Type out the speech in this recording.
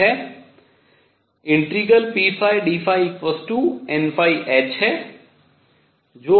वह ∫pdϕnh है